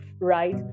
Right